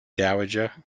dowager